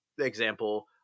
example